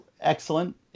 excellent